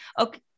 Okay